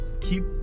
keep